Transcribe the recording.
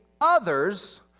others